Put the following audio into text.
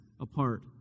apart